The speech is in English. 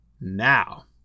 Now